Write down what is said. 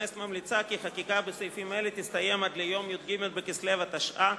הכנסת ממליצה כי חקיקת סעיפים אלה תסתיים עד ליום י"ג בכסלו התש"ע,